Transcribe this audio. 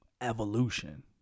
evolution